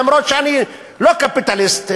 אף שאני לא קפיטליסט,